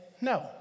no